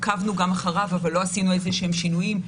עקבנו גם אחריו אבל לא עשינו איזשהם שינויים,